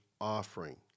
offering